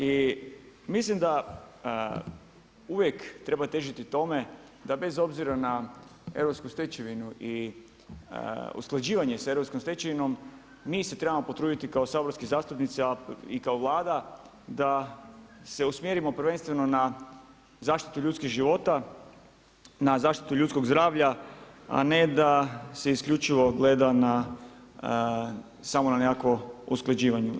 I mislim da uvijek treba težiti tome da bez obzira na europsku stečevinu i usklađivanje sa europskom stečevinom, mi se trebamo potruditi kao saborski zastupnici, a i kao Vlada da se usmjerimo prvenstveno na zaštitu ljudskih života, na zaštitu ljudskog zdravlja, a ne da se isključivo gleda na samo na nekakvo usklađivanje.